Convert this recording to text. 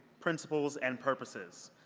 principles and purposes.